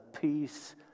peace